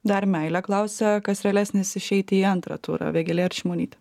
dar meilė klausia kas realesnis išeit į antrą turą vėgėlė ar šimonytė